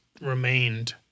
remained